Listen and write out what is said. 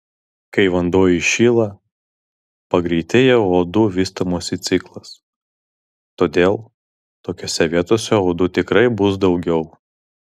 kai vanduo įšyla pagreitėja uodų vystymosi ciklas todėl tokiose vietose uodų tikrai bus daugiau